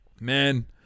Man